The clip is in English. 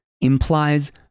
implies